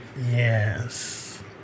Yes